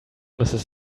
mrs